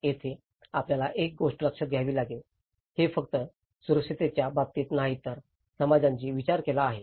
येथे आपल्याला एक गोष्ट लक्षात घ्यावी लागेल हे फक्त सुरक्षिततेच्या बाबतीतच नाही तर समाजांनी विचार केला आहे